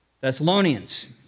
Thessalonians